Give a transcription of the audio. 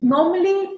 Normally